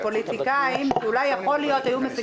בפנייה הזאת יש גם סכום לא מבוטל לטובת